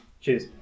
Cheers